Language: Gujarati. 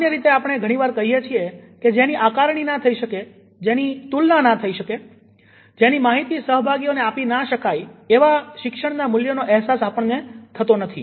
સામાન્ય રીતે આપણે ઘણીવાર કહીએ છીએ કે જેની આકરણી નાં થઇ શકે જેની તુલના થઇ શકે નહી જેની માહિતી સહભાગીઓને આપી ના શકાય એવા શિક્ષણના મૂલ્યનો અહેસાસ આપણને થતો નથી